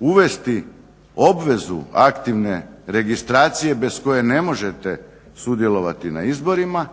uvesti obvezu aktivne registracije bez koje ne možete sudjelovati na izborima